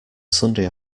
sunday